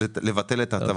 לבטל את ההטבה.